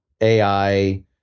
AI